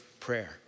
prayer